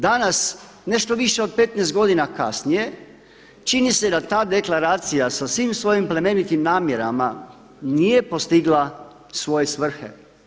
Danas nešto više od 15 godina kasnije čini se da ta deklaracija sa svim svojim plemenitim namjerama nije postigla svoje svrhe.